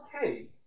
okay